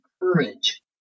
courage